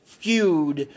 feud